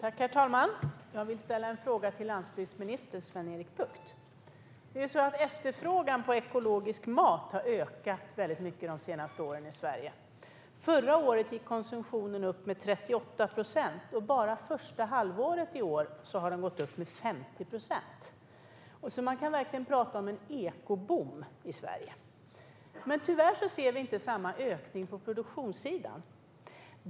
Herr talman! Jag vill ställa en fråga till landsbygdsminister Sven-Erik Bucht. Efterfrågan på ekologisk mat har ökat mycket de senaste åren i Sverige. Förra året gick konsumtionen upp med 38 procent, och bara första halvåret i år har den gått upp med 50 procent. Man kan verkligen prata om en ekoboom i Sverige. Men tyvärr ser vi inte samma ökning på produktionssidan.